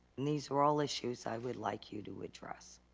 these are all issues i would like you to address.